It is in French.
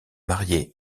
marié